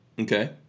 Okay